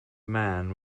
man